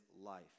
life